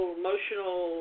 emotional